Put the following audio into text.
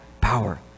power